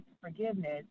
forgiveness